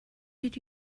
did